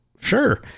sure